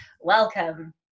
Welcome